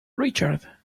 richard